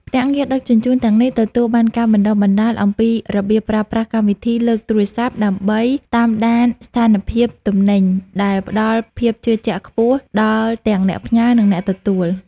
ភ្នាក់ងារដឹកជញ្ជូនទាំងនេះទទួលបានការបណ្ដុះបណ្ដាលអំពីរបៀបប្រើប្រាស់កម្មវិធីលើទូរស័ព្ទ ដើម្បីតាមដានស្ថានភាពទំនិញ ដែលផ្ដល់ភាពជឿជាក់ខ្ពស់ដល់ទាំងអ្នកផ្ញើ និងអ្នកទទួល។